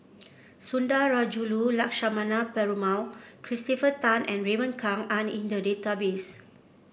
Sundarajulu Lakshmana Perumal Christopher Tan and Raymond Kang are in the database